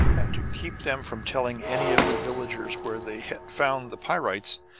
and to keep them from telling any of the villagers where they had found the pyrites,